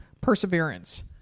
perseverance